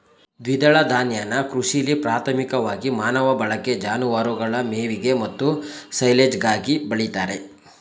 ದ್ವಿದಳ ಧಾನ್ಯನ ಕೃಷಿಲಿ ಪ್ರಾಥಮಿಕವಾಗಿ ಮಾನವ ಬಳಕೆ ಜಾನುವಾರುಗಳ ಮೇವಿಗೆ ಮತ್ತು ಸೈಲೆಜ್ಗಾಗಿ ಬೆಳಿತಾರೆ